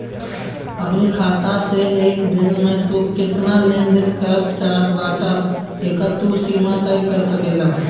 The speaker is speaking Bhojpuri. अपनी खाता से एक दिन में तू केतना लेन देन करे चाहत बाटअ एकर तू सीमा तय कर सकेला